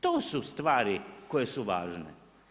To su stvari koje su važan.